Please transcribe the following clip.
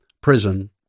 prison